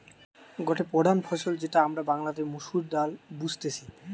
গটে প্রধান ফসল যেটা আমরা বাংলাতে মসুর ডালে বুঝতেছি